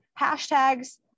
Hashtags